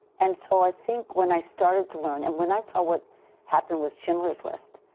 and so i think when i started to learn and when i saw what happened with schindler's list,